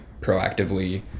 proactively